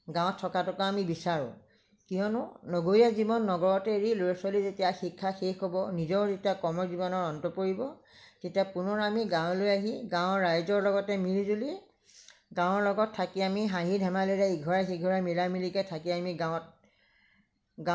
গাঁৱত থকাতোকে আমি বিচাৰোঁ কিয়নো নগৰীয়া জীৱন নগৰতে এৰি ল'ৰা ছোৱালীৰ যেতিয়া শিক্ষা শেষ হ'ব নিজৰ যেতিয়া কৰ্ম জীৱনৰ অন্ত পৰিব তেতিয়া পুনৰ আমি গাঁৱলৈ আহি গাঁৱৰ ৰাইজৰ লগতে মিলি জুলি গাঁৱৰ লগত থাকি আমি হাঁহি ধেমালিৰে ইঘৰ সিঘৰে মিলা মিলিকৈ থাকি আমি গাঁৱত